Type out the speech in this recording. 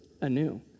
anew